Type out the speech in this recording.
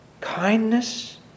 kindness